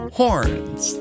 horns